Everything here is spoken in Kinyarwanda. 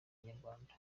inyarwanda